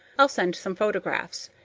i'll send some photographs.